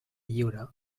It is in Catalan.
lliure